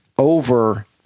over